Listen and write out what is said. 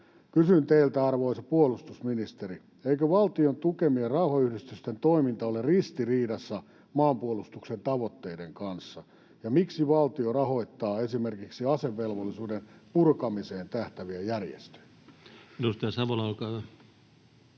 Kysyn teiltä, arvoisa puolustusministeri: Eikö valtion tukemien rauhanyhdistysten toiminta ole ristiriidassa maanpuolustuksen tavoitteiden kanssa? Miksi valtio rahoittaa esimerkiksi asevelvollisuuden purkamiseen tähtääviä järjestöjä?